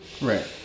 Right